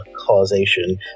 causation